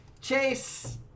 Chase